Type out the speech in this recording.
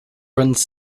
runs